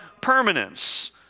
permanence